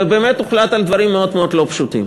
ובאמת, הוחלט על דברים מאוד לא פשוטים.